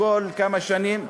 כל כמה שנים,